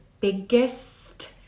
biggest